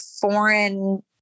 foreign